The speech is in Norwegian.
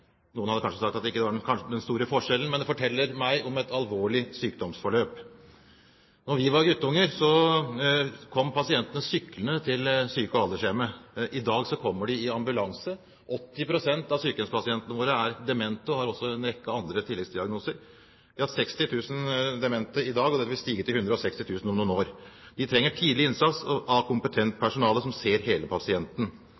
Noen hadde kanskje sagt at det ikke var den store forskjellen! Men det forteller meg om et alvorlig sykdomsforløp. Da vi var guttunger, kom pasientene syklende til syke- og aldershjemmet. I dag kommer de i ambulanse. 80 pst. av sykehjemspasientene våre er demente og har også en rekke andre tilleggsdiagnoser. Vi har 60 000 demente i dag, og det vil stige til 160 000 om noen år. Vi trenger tidlig innsats fra kompetent